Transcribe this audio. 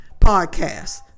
podcast